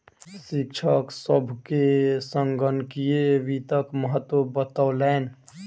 शिक्षक सभ के संगणकीय वित्तक महत्त्व बतौलैन